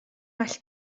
well